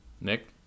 Nick